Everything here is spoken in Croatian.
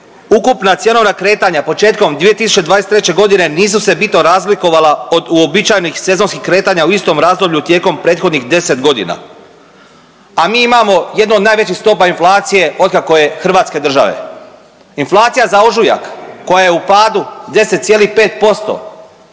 ukupna cjenovna kretanja početkom 2023. godine nisu se bitno razlikovala od uobičajenih sezonskih kretanja u istom razdoblju tijekom prethodnih 10 godina, a mi imamo jednu od najvećih stopa inflacije od kako je Hrvatske države. Inflacija za ožujak koja je u padu 10,5%